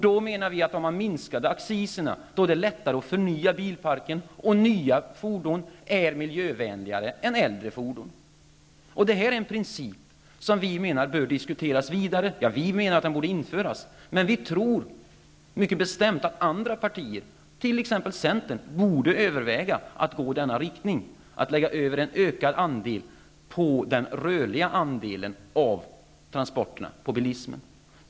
Om man åstadkommer en minskning beträffande acciserna blir det lättare att förnya bilparken -- och nya fordon är, som sagt, miljövänligare än äldre fordon. Det här är en princip som vi menar bör diskuteras vidare. Ja, vi menar att den borde införas, men vi tror mycket bestämt att andra partier, t.ex. centern, borde överväga att gå i denna riktning, att föra över mer av beskattningen på bilismen till den rörliga delen.